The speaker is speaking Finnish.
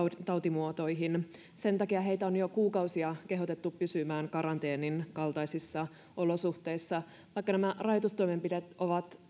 tautimuotoihin sen takia heitä on jo kuukausia kehotettu pysymään karanteeninkaltaisissa olosuhteissa vaikka nämä rajoitustoimenpiteet ovat elämän